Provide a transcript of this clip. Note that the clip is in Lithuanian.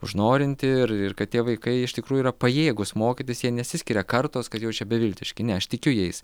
užnorinti ir ir kad tie vaikai iš tikrųjų yra pajėgūs mokytis jie nesiskiria kartos kad jau čia beviltiški ne aš tikiu jais